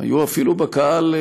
היו אפילו בקהל,